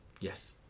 Yes